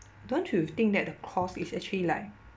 don't you think that the clause is actually like